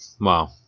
Wow